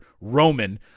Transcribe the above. Roman